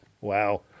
Wow